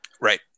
Right